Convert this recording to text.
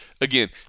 again